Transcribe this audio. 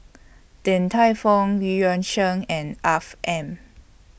Din Tai Fung EU Yan Sang and Afiq M